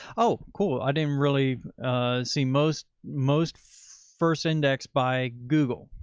oh, cool. i didn't really see most, most first index by google.